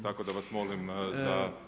Tako da vas molim, za.